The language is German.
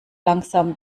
langsam